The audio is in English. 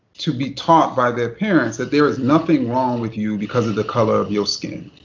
to be taught by their parents that there is nothing wrong with you because of the color of your skin.